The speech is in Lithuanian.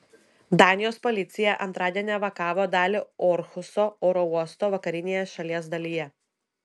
danijos policija antradienį evakavo dalį orhuso oro uosto vakarinėje šalies dalyje